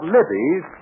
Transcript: Libby's